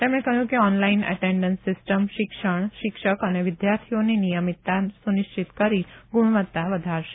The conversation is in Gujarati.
તેમણે કહ્યું કે ઓનલાઇન અટેન્ડન્સ સિસ્ટમ શિક્ષણ શિક્ષક અને વિદ્યાર્થીઓની નિયમિતતા સુનિશ્ચિત કરી ગુણવત્તા વધારશે